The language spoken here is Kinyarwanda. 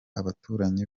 abaturanyi